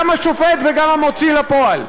גם השופט וגם המוציא לפועל?